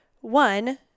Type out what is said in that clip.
One